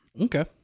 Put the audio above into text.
Okay